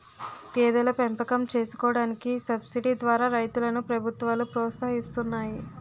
గేదెల పెంపకం చేసుకోడానికి సబసిడీ ద్వారా రైతులను ప్రభుత్వాలు ప్రోత్సహిస్తున్నాయి